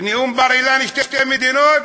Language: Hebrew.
בנאום בר-אילן: "שתי מדינות",